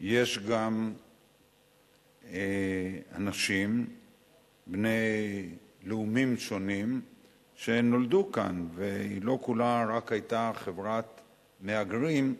יש גם אנשים בני לאומים שונים שנולדו כאן ולא כולה היתה רק חברת מהגרים,